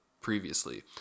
previously